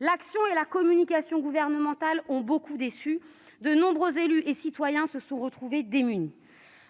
L'action et la communication gouvernementales ont beaucoup déçu. De nombreux élus et citoyens se sont retrouvés démunis,